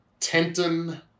Tenton